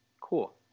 cool